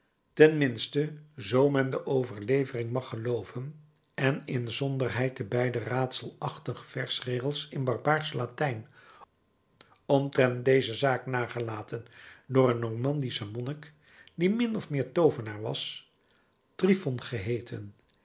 zoo men de overlevering mag gelooven en inzonderheid de beide raadselachtige versregels in barbaarsch latijn omtrent deze zaak nagelaten door een normandischen monnik die min of meer toovenaar was tryphon geheeten